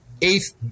eighth